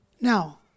Now